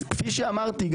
כפי שאמרתי,